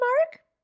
mark